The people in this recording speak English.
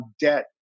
debt